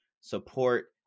support